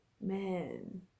man